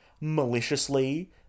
maliciously